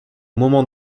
moment